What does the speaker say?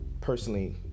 personally